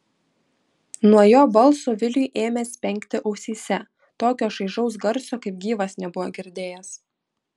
nuo jo balso viliui ėmė spengti ausyse tokio šaižaus garso kaip gyvas nebuvo girdėjęs